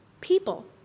People